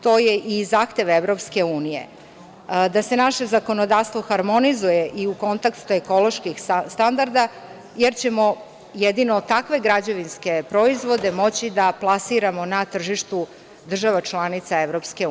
To je i zahtev EU, da se naše zakonodavstvo harmonizuje u kontekst ekoloških standarda, jer ćemo jedino takve građevinske proizvode moći da plasiramo na tržištu država članica EU.